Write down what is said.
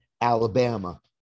Alabama